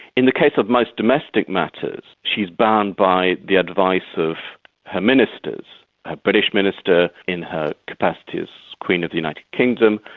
in the case of most domestic matters, she's bound by the advice of her ministers her ah british minister in her capacity as queen of the united kingdom,